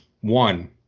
One